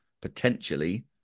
potentially